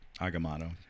Agamotto